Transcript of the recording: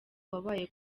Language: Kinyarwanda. wabaye